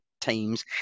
teams